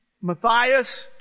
Matthias